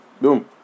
Boom